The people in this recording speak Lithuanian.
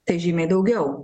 tai žymiai daugiau